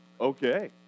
Okay